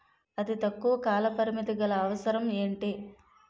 అతి తక్కువ కాల పరిమితి గల అవసరం ఏంటి